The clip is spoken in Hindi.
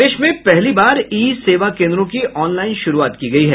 प्रदेश में पहली बार ई सेवाकेन्द्रों की ऑनलाइन शुरूआत की गयी है